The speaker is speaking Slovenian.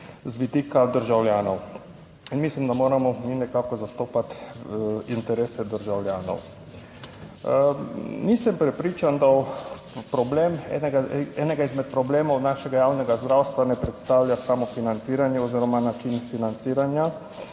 z vidika državljanov. In mislim, da moramo mi nekako zastopati interese državljanov. Nisem prepričan, da problem, enega izmed problemov našega javnega zdravstva ne predstavlja samo financiranje oziroma način financiranja,